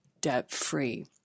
debt-free